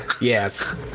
Yes